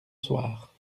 soir